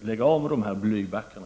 den skall upphöra med tillverkning av blybackar.